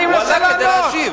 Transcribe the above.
הוא בא כדי להשיב.